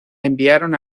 enviaron